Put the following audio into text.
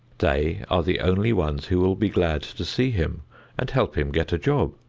they are the only ones who will be glad to see him and help him get a job.